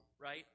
right